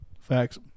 Facts